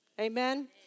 Amen